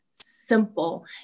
simple